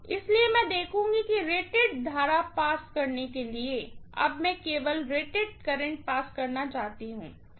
इसलिए मैं देखूंगी कि रेटेड करंट पास करने के लिए अब मैं केवल रेटेड करंट पास करना चाहती हूँ यह है